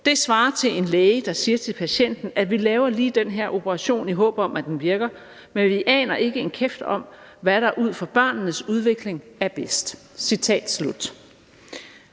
Det svarer til en læge, der siger til patienten, at vi laver lige denne her operation i håb om, at det virker. Vi aner ikke en kæft om, hvad der ud fra børnenes udvikling er bedst«.